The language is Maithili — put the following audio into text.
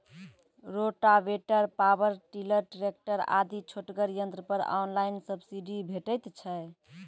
रोटावेटर, पावर टिलर, ट्रेकटर आदि छोटगर यंत्र पर ऑनलाइन सब्सिडी भेटैत छै?